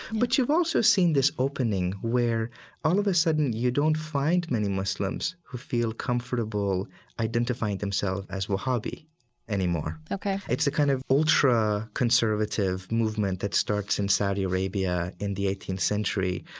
but you've also seen this opening where all of a sudden you don't find many muslims who feel comfortable identifying themselves as wahhabi anymore. it's a kind of ultraconservative movement that starts in saudi arabia in the eighteenth century,